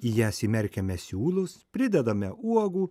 į jas įmerkiame siūlus pridedame uogų